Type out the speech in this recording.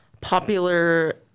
popular